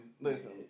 listen